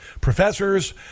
professors